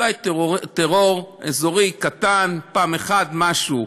אולי טרור אזורי קטן, פעם אחת, משהו.